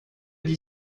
dit